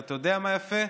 ואתה יודע מה יפה?